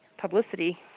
publicity